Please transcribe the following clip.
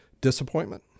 disappointment